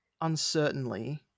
uncertainly